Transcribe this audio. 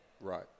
Right